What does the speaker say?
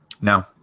No